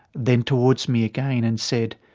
then towards me again and said,